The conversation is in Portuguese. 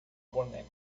boneca